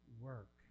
work